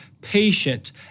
patient